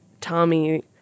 Tommy